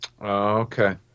Okay